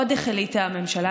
עוד החליטה הממשלה,